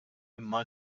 imma